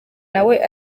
nawe